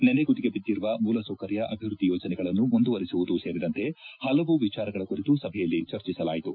ನೆನೆಗುದಿಗೆ ಬಿದ್ದಿರುವ ಮೂಲಸೌಕರ್ಯ ಅಭಿವೃದ್ದಿ ಯೋಜನೆಗಳನ್ನು ಮುಂದುವರೆಸುವುದೂ ಸೇರಿದಂತೆ ಹಲವು ವಿಚಾರಗಳ ಕುರಿತು ಸಭೆಯಲ್ಲಿ ಚರ್ಚಿಸಲಾಯಿತು